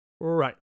Right